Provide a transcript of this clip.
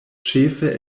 ĉefe